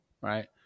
right